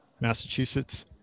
Massachusetts